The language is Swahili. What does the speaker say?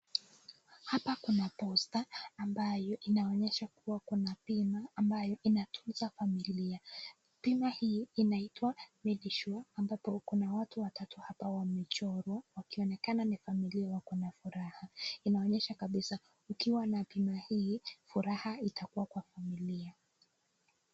Hapa kuna posta ambayo inaonyesha kuwa kuna pima ambayo inatunza familia. Pima hii inaitwa Medisure ambapo kuna watu watatu hapa wamechorwa wakionekana ni familia wako na furaha. Inaonyesha kabisa ukiwa na pima hii furaha itakuwa kwa familia.